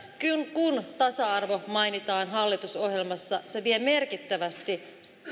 kun tasa arvo mainitaan hallitusohjelmassa se vie merkittävästi